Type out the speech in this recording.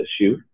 issue